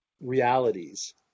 realities